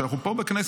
ואנחנו פה בכנסת,